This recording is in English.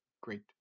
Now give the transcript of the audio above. great